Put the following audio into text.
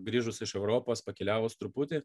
grįžus iš europos pakeliavus truputį